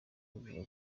ivuga